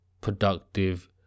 productive